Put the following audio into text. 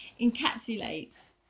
encapsulates